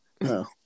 No